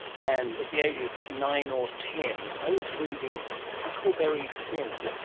and at the age of nine or ten i was reading huckleberry finn.